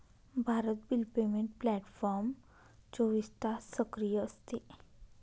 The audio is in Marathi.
भारत बिल पेमेंट प्लॅटफॉर्म चोवीस तास सक्रिय असते